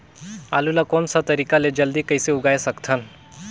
आलू ला कोन सा तरीका ले जल्दी कइसे उगाय सकथन?